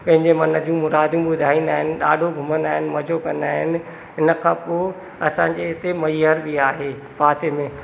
पहिंजे मन जी मुरादूं ॿुधाईंदा आहिनि ॾाढो घुमंदा आहिनि मजो कंदा आहिनि इनखां पोइ असांजे इते महियर बि आहे पासे में